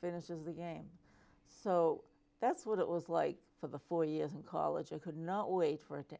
finishes the game so that's what it was like for the four years in college i could not wait for it